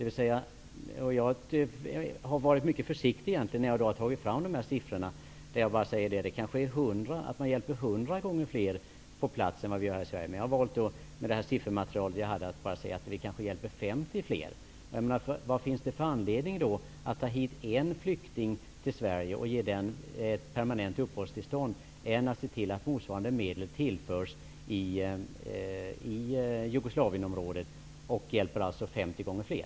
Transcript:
Jag har varit mycket försiktig när jag har tagit fram dessa siffror. Det kanske är så att man hjälper 100 gånger fler människor på plats än här i Sverige, men jag har valt att säga att vi kanske hjälper 50 fler med det siffermaterial jag hade. Vad finns det då för anledning att ta hit en flykting till Sverige och ge den ett permanent uppehållstillstånd i stället för att se till att motsvarande medel tillförs i Jugoslavienområdet och där hjälper 50 gånger fler?